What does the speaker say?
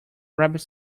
rabbit